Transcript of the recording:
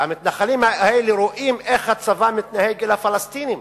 המתנחלים האלה רואים איך הצבא מתנהג אל הפלסטינים,